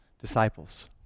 disciples